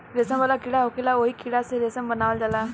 रेशम वाला कीड़ा होखेला ओही कीड़ा से रेशम बनावल जाला